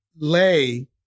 lay